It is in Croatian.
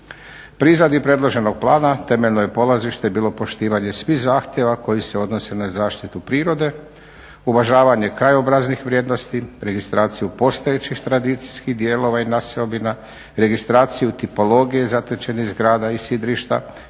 Pri izradi predloženog plana, temeljno je polazište bilo poštivanje svih zahtjeva koji se odnose na zaštitu prirode, uvažavanje krajobraznih vrijednosti, organizaciju postojećih tradicijskih dijelova i naseobina, registraciju tipologije zatečenih zgrada i sidrišta